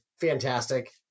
fantastic